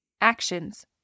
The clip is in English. Actions